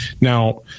Now